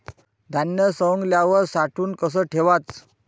धान्य सवंगल्यावर साठवून कस ठेवाच?